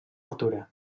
altura